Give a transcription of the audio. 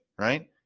right